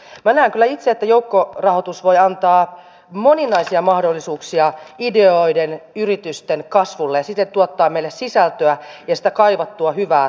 minä näen kyllä itse että joukkorahoitus voi antaa moninaisia mahdollisuuksia ideoiden yritysten kasvulle ja siten tuottaa meille sisältöä ja sitä kaivattua hyvää talouskasvua